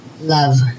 love